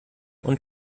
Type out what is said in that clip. und